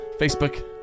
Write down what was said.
Facebook